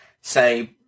say